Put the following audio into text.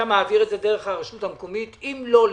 מעביר את זה דרך הרשות המקומית ואם לא,